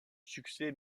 succès